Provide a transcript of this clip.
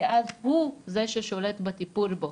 כי אז הוא זה ששולט בטיפול בו.